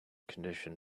condition